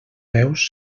peus